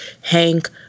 Hank